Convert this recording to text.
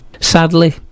sadly